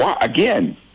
again